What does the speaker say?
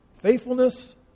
Faithfulness